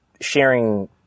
sharing